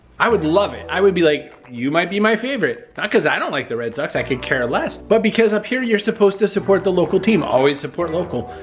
i would love it. i would be like, you might be my favorite. not cause i don't like the red sox. i could care less. but because up here you're supposed to support the local team. always support local.